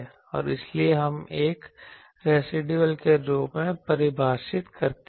और इसलिए हम एक रेसीडुएल के रूप में परिभाषित करते हैं